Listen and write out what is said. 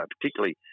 particularly